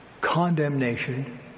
condemnation